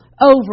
over